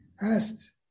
asked